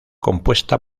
compuesta